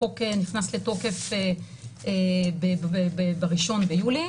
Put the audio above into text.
החוק נכנס לתוקף ב-1 ביולי,